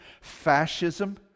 fascism